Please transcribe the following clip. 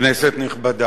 כנסת נכבדה,